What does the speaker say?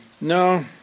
no